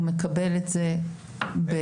הוא מקבל בטופס.